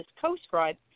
co-scribe